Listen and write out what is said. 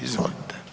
Izvolite.